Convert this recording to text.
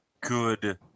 Good